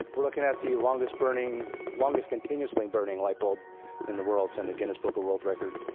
we're looking at the longest burning longest continuously burning light bulb in the world in the guinness book of world records,